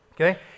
Okay